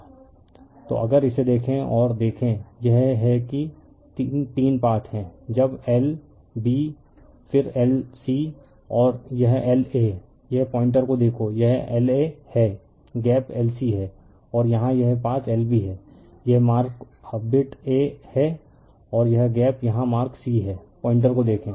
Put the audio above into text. refer slide time 1945 तो अगर इसे देखें और देखें यह है कि तीन पाथ हैं जब L B फिर L C और यह L A है यह पॉइंटर को देखो यह LA है गैप LC है और यहां यह पाथ LB है यह मार्क बिट A है और यह गैप यहां मार्क C है पॉइंटर को देखें